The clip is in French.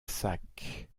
sac